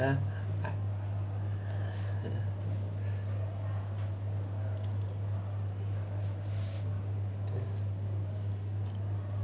ah uh